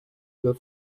were